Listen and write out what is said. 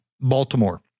Baltimore